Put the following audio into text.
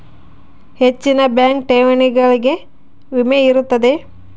ಹೆಚ್ಚಿನ ಬ್ಯಾಂಕ್ ಠೇವಣಿಗಳಿಗೆ ವಿಮೆ ಇರುತ್ತದೆಯೆ?